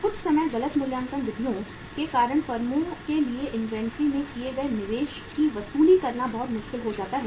कुछ समय गलत मूल्यांकन विधियों के कारण फर्मों के लिए इन्वेंट्री में किए गए निवेश की वसूली करना बहुत मुश्किल हो जाता है